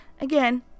again